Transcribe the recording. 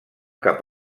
cap